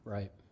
Right